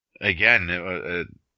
again